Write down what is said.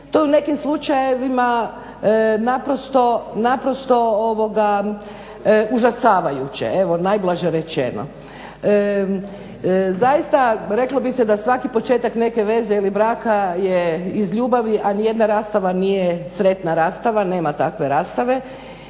to je u nekim slučajevima naprosto užasavajuće evo najblaže rečeno. Zaista, reklo bi se da svaki početak neke veze ili braka je iz ljubavi, a nijedna rastava nije sretna rastava, nema takve rastave